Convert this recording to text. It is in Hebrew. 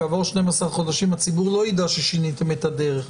כעבור 12 חודשים הציבור לא יידע ששיניתם את הדרך.